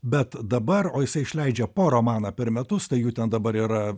bet dabar o jisai išleidžia po romaną per metus jų ten dabar yra